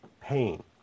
pain